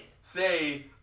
say